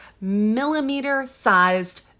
millimeter-sized